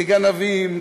כגנבים,